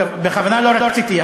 בכוונה לא רציתי,